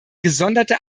gesonderte